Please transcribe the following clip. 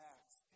Acts